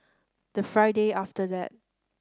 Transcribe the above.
the Friday after that